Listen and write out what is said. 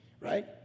Right